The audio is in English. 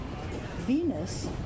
Venus